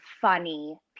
Funny